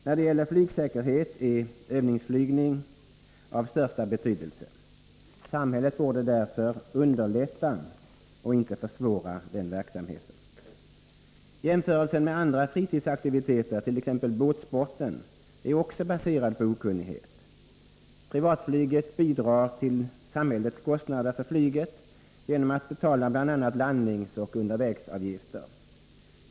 När det gäller flygsäkerhet är övningsflygning av största betydelse. Samhället borde därför underlätta och inte försvåra den verksamheten. Jämförelsen med andra fritidsaktiviteter, t.ex. båtsporten, är också baserad på okunnighet. Privatflyget bidrar till samhällets kostnader för flyget genom att betala bl.a. landningsoch undervägsavgifter.